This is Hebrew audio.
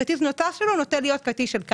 הכרטיס הנוסף שלו נוטה להיות כרטיס של כאל.